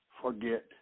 forget